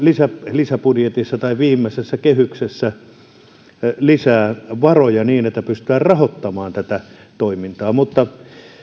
lisäbudjetissa tai viimeisessä kehyksessä lisää varoja niin että pystytään rahoittamaan tätä toimintaa mutta